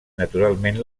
naturalment